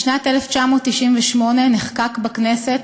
בשנת 1998 נחקק בכנסת